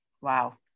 Wow